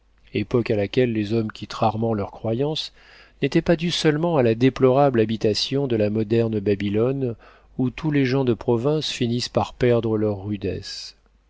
époque à laquelle les hommes quittent rarement leurs croyances n'était pas dû seulement à la déplorable habitation de la moderne babylone où tous les gens de province finissent par perdre leurs rudesses